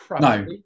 no